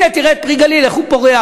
הנה, תראה את "פרי הגליל", איך הוא פורח.